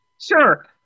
sure